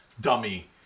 dummy